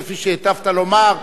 כפי שהיטבת לומר,